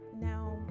Now